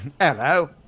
Hello